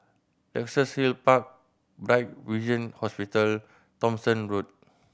Luxus Hill Park Bright Vision Hospital Thomson Road